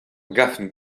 garfen